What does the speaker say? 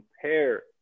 compare